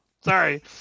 sorry